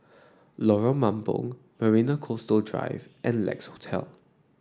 Lorong Mambong Marina Coastal Drive and Lex Hotel